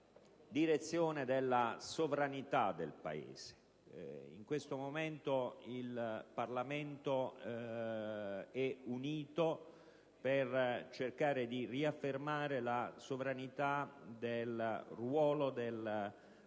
direzione della sovranità del Paese. In questo momento il Parlamento è unito per cercare di riaffermare la sovranità del ruolo del Paese